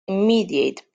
immediate